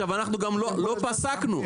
אנחנו גם לא פסקנו.